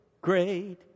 Great